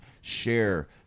share